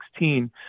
2016